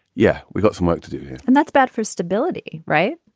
yeah, we got some work to do and that's bad for stability, right?